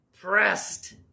pressed